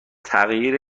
تغییر